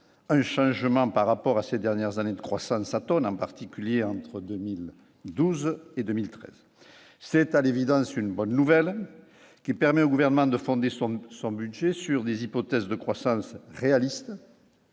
un changement par rapport à ces dernières années une croissance atone en particulier entre 2012 et 2013, c'est à l'évidence, une bonne nouvelle qui permet au gouvernement de fonder son son budget sur des hypothèses de croissance réaliste,